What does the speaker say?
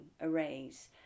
arrays